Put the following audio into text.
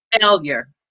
failure